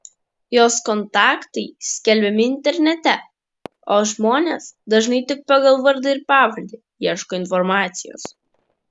jos kontaktai skelbiami internete o žmonės dažnai tik pagal vardą ir pavardę ieško informacijos